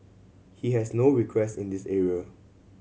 he has no request in this area